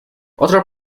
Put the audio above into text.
otro